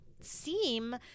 seem